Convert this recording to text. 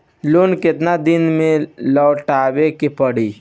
Loan केतना दिन में लौटावे के पड़ी?